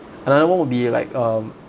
another one would be like um